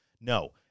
no